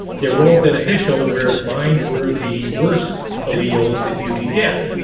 they were all beneficial whereas mine were the worst alleles that you could get.